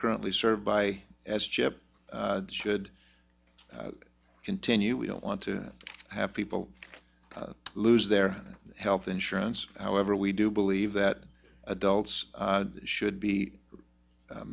currently served by as chip should continue we don't want to have people lose their health insurance however we do believe that adults should be